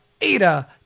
Ada